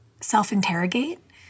self-interrogate